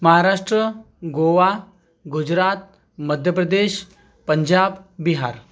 Maharashtra Goa Gujarat Madhya Pradesh Punjab Bihar